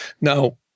Now-